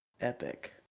Epic